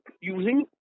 using